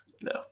No